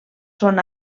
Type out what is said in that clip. són